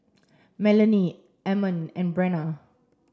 Melany Ammon and Brenna